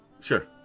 Sure